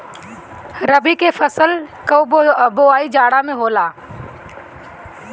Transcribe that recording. रबी के फसल कअ बोआई जाड़ा में होला